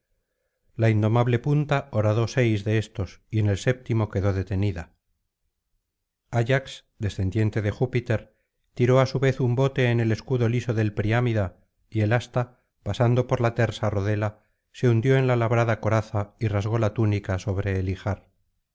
la indomable punta horadó seis de éstos y en el séptimo quedó detenida ayax descendiente de júpiter tiró á su vez un bote en el escudo liso del priámida y el asta pasando por la tersa rodela se hundió en la labrada coraza y rasgó la túnica sobre el